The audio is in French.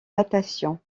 natation